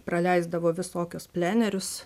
praleisdavo visokius plenerius